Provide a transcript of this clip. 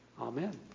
Amen